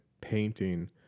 painting